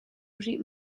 rih